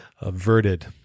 averted